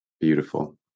Beautiful